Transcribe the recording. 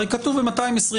הרי כתוב ב-220ג(א),